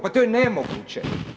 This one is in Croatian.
Pa to je nemoguće.